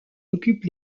occupent